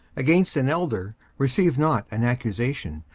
against an elder receive not an accusation,